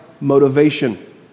motivation